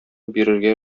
бирергә